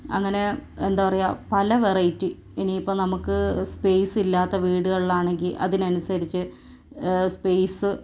അങ്ങനെ എന്താ പറയുക പല വെറൈറ്റി ഇനി ഇപ്പം നമുക്ക് സ്പേസ് ഇല്ലാത്ത വീടുകളിലാണെങ്കിൽ അതിനനുസരിച്ച് സ്പേസ്